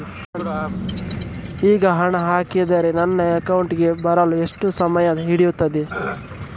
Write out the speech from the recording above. ಈಗ ಹಣ ಹಾಕಿದ್ರೆ ನನ್ನ ಅಕೌಂಟಿಗೆ ಬರಲು ಎಷ್ಟು ಟೈಮ್ ಹಿಡಿಯುತ್ತೆ?